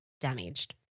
damaged